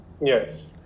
Yes